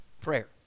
prayer